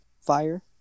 fire